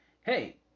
Hey